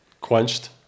quenched